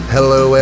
Hello